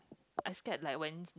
I scared like when